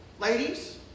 ladies